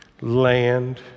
land